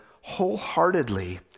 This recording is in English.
wholeheartedly